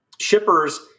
Shippers